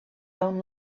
own